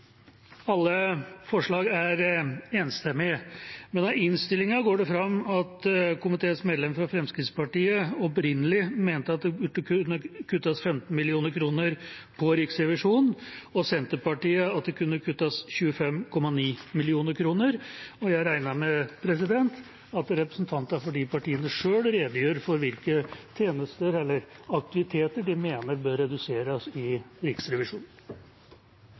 alle forslag enstemmige, men av innstillinga går det fram at komiteens medlem fra Fremskrittspartiet opprinnelig mente at det burde kunne kuttes 15 mill. kr til Riksrevisjonen, og Senterpartiet at det kunne kuttes 25,9 mill. kr, og jeg regner med at representanter for de partiene selv redegjør for hvilke tjenester eller aktiviteter de mener bør reduseres i Riksrevisjonen.